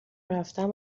رفتم